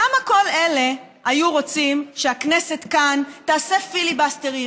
כמה כל אלה היו רוצים שהכנסת כאן תעשה פיליבסטרים